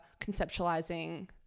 conceptualizing